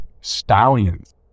stallions